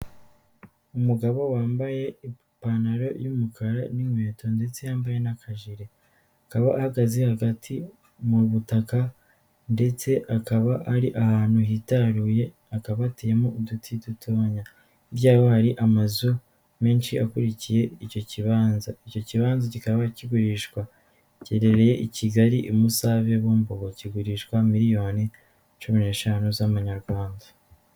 Umugabo wambaye ipantaro y'umukara n'inkweto ndetse yambaye n'akajiri, kaba ahagaze hagati mu butaka ndetse akaba ari ahantu hitaruye hakaba hatiyemo uduti dutoya hirya yaho hari amazu menshi akurikiye icyo kibanza. Icyo kibanza kikaba kigurishwa, giherereye i Kigali i Musave Bumbogo kigurishwa miliyoni cumi n'eshanu z'amanyarwanda.